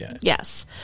yes